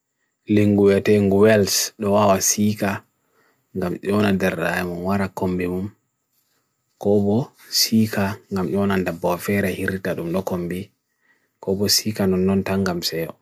Lingu yatengu els doawa sika ngam yonan derrayamun wara kombimun. Kobo sika ngam yonan da boa fere hiritadun lo kombi. Kobo sika nun non tangam seo.